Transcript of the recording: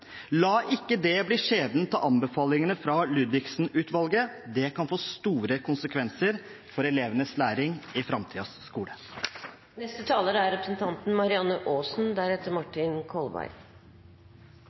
La ikke det bli skjebnen til anbefalingene fra Ludvigsen-utvalget – det kan få store konsekvenser for elevenes læring i